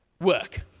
work